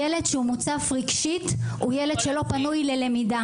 ילד שמוצף רגשית הוא ילד שלא פנוי ללמידה